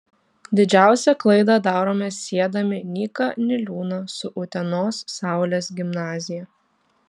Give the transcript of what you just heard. didžiausią klaidą darome siedami nyką niliūną su utenos saulės gimnazija